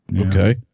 Okay